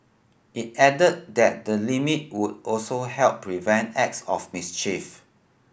it added that the limit would also help prevent acts of mischief